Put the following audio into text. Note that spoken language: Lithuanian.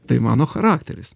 tai mano charakteris